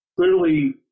Clearly